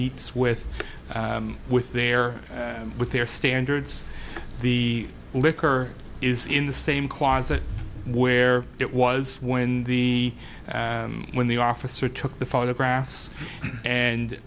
meets with with their with their standards the liquor is in the same closet where it was when the when the officer took the photographs and